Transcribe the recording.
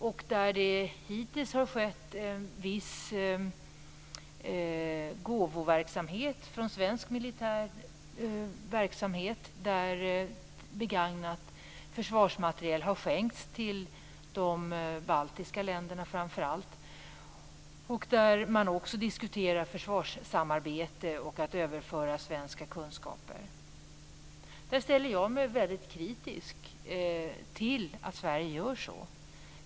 Det har hittills bedrivits en viss gåvoverksamhet från svensk militär sida, där begagnad försvarsmateriel har skänkts till framför allt de baltiska länderna. Man har också diskuterat ett försvarssamarbete och överföring av svenska kunskaper. Jag ställer mig väldigt kritisk till att Sverige gör så.